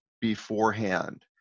beforehand